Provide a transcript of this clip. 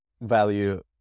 value